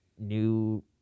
new